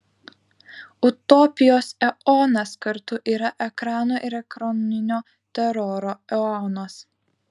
utopijos eonas kartu yra ekrano ir ekraninio teroro eonas